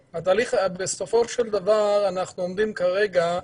בסופו של דבר אנחנו עומדים כרגע,